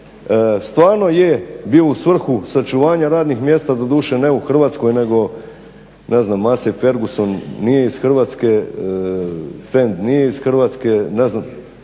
stvarno je bio u svrhu sačuvanja radnih mjesta, doduše ne u Hrvatskoj nego ne znam …/Govornik se ne razumije./… nije iz Hrvatske, FEND nije iz Hrvatske, ne znam